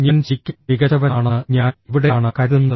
ഞാൻ ശരിക്കും മികച്ചവനാണെന്ന് ഞാൻ എവിടെയാണ് കരുതുന്നത്